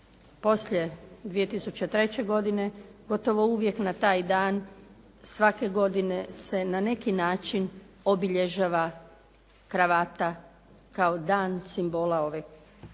poslije 2003. godine gotovo uvijek na taj dan, svake godine se na neki način obilježava kravata kao dan simbola kravate.